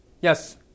Yes